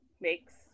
makes